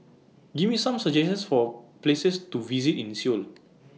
Give Me Some suggestions For Places to visit in Seoul